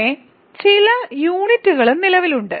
പക്ഷേ മറ്റ് ചില യൂണിറ്റുകളും നിലവിലുണ്ട്